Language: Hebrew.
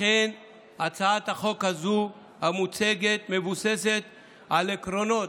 לכן הצעת החוק הזו המוצגת מבוססת על העקרונות,